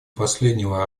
последнего